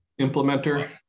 Implementer